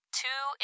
two